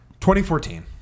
2014